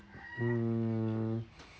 hmm